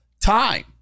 time